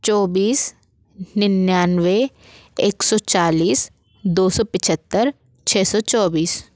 चौबिस निन्यानवे एक सौ चालीस दो सौ पचहत्तर छः सौ चौबीस